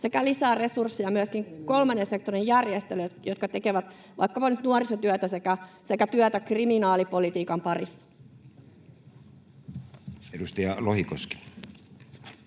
sekä lisää resursseja myöskin kolmannen sektorin järjestöille, jotka tekevät vaikkapa nyt nuorisotyötä sekä työtä kriminaalipolitiikan parissa. [Speech